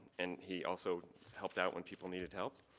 and he also helped out when people needed help.